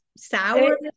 sour